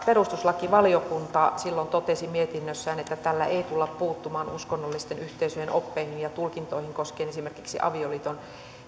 perustuslakivaliokunta silloin totesi mietinnössään että tällä ei tulla puuttumaan uskonnollisten yhteisöjen oppeihin ja tulkintoihin koskien esimerkiksi avioliiton